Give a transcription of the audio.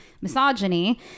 misogyny